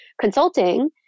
consulting